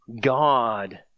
God